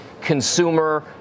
consumer